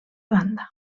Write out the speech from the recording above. banda